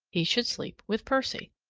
he should sleep with percy.